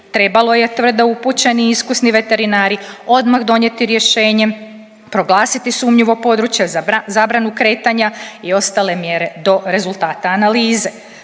trebalo je tvrde upućeni i iskusni veterinari odmah donijeti rješenje, proglasiti sumnjivo područje. zabranu kretanja i ostale mjere do rezultata analize.